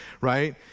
right